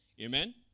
Amen